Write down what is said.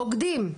בוגרים,